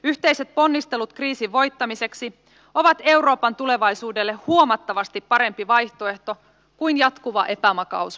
yhteiset ponnistelut kriisin voittamiseksi ovat euroopan tulevaisuudelle huomattavasti parempi vaihtoehto kuin jatkuva epävakaus markkinoilla